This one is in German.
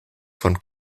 von